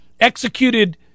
executed